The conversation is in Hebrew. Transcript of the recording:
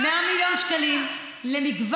100 מיליון שקלים, היא לא עונה לי על השאלה.